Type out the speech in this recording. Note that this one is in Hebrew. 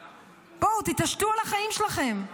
בואו, תתעשתו על החיים שלכם.